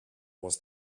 was